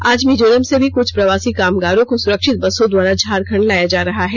आज मिजोरम से भी कुछ प्रवासी कामगारों को सुरक्षित बसों द्वारा झारखंड लाया जा रहा है